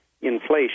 inflation